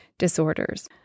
Disorders